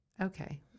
Okay